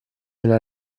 una